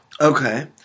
Okay